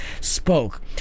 spoke